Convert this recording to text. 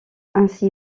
ainsi